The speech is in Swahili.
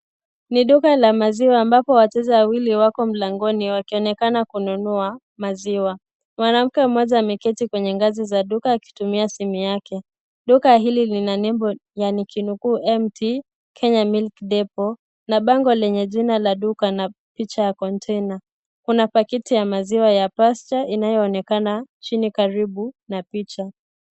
Ni duka la maziwa ambapo wateja wawili wako mlangoni wakionekana kununua maziwa. Mwanamke mmoja ameketi kwenye ngazi za duka akitumia simu yake. Duka hili lina nembo ya nikinukuu mt kenya milk depot na bango lenye jina la duka na picha ya kontena. Kuna paketi ya maziwa ya pasture inayoonekana chini karibu na picha.